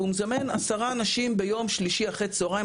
הוא מזמן עשרה אנשים ביום שלישי אחרי הצהריים,